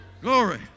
Glory